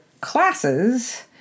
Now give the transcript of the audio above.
classes